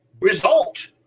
result